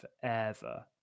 forever